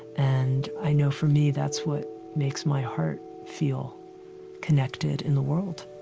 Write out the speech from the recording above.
and i know, for me, that's what makes my heart feel connected in the world